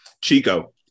Chico